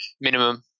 minimum